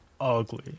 ugly